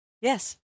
Yes